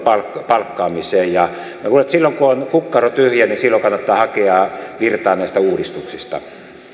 palkkaamiseen minä luulen että silloin kun on kukkaro tyhjä niin kannattaa hakea virtaa näistä uudistuksista